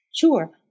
Sure